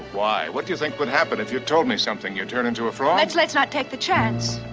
why? what do you think would happen if you told me something? you'd turn into a frog? let's let's not take the chance.